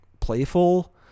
playful